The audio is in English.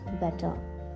better